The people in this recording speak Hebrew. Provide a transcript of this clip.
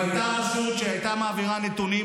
אם הייתה רשות שהייתה מעבירה נתונים,